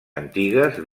antigues